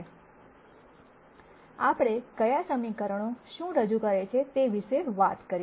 આપણે કયા સમીકરણો શું રજૂ કરે છે તે વિશે વાત કરી